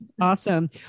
awesome